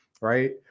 right